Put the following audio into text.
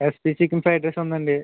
SP chicken fried rice ఉందండి